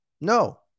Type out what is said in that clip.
No